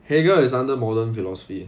heger is under modern philosophy